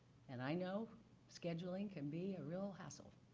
and i know scheduling can be a real hassle.